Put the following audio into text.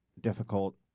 difficult